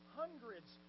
hundreds